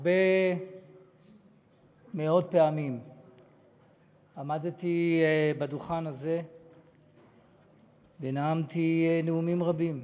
הרבה מאוד פעמים עמדתי על הדוכן הזה ונאמתי נאומים רבים,